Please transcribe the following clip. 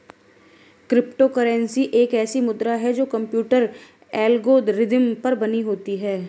crypto currency एक ऐसी मुद्रा है जो कंप्यूटर एल्गोरिदम पर बनी होती है